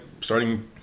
starting